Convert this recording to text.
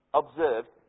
observed